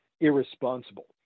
irresponsible